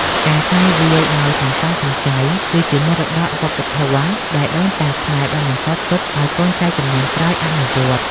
ការចាយវាយដោយសន្សំសំចៃ គឺជាមរតកវប្បធម៌ដែលដូនតាខ្មែរបានបន្សល់ទុកឱ្យកូនចៅជំនាន់ក្រោយអនុវត្ត។